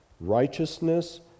righteousness